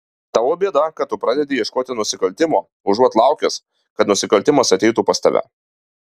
tavo bėda kad tu pradedi ieškoti nusikaltimo užuot laukęs kad nusikaltimas ateitų pas tave